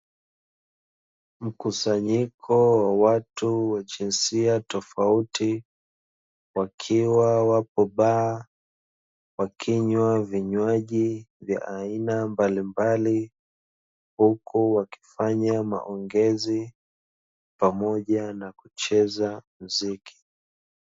Mkusanyiko wa watu wa jinsia tofauti wakiwa wapo baa, wakinywa vinywaji vya aina mbalimbali, huku wakifanya maongezi pamoja na kucheza muziki.